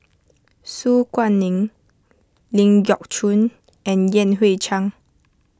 Su Guaning Ling Geok Choon and Yan Hui Chang